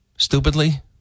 Stupidly